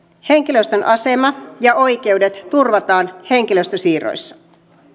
henkilöstön asema ja oikeudet turvataan henkilöstön siirroissa